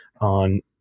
on